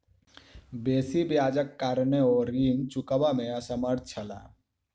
बेसी ब्याजक कारणेँ ओ ऋण चुकबअ में असमर्थ छला